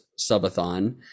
subathon